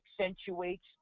accentuates